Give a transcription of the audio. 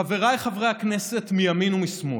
חבריי חברי הכנסת מימין ומשמאל,